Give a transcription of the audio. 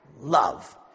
Love